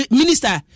minister